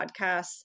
podcasts